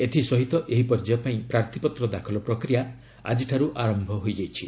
ଏଥିସହିତ ଏହି ପର୍ଯ୍ୟାୟ ପାଇଁ ପ୍ରାର୍ଥୀପତ୍ର ଦାଖଲ ପ୍ରକ୍ରିୟା ଆକିଠାରୁ ଆରମ୍ଭ ହୋଇଯାଇଛି